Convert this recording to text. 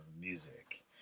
music